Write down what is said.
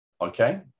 Okay